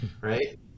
right